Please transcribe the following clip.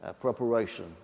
preparation